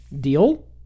Deal